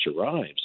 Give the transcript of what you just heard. arrives